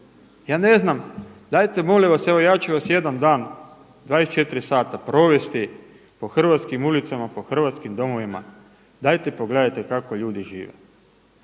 Ja ne znam, dajte molim vas, evo ja ću vas jedan dan 24 sata provesti po hrvatskim ulicama, po hrvatskim domovima. Dajte pogledajte kako ljudi žive.